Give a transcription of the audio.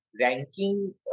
Ranking